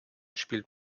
spielt